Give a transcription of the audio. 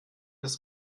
des